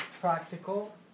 practical